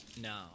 no